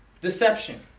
deception